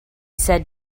said